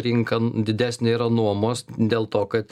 rinka didesnė yra nuomos dėl to kad